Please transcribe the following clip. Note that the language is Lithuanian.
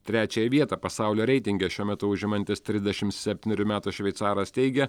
trečiąją vietą pasaulio reitinge šiuo metu užimantis trisdešim septynerių metų šveicaras teigia